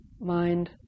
mind